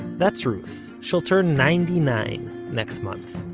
that's ruth. she'll turn ninety nine next month.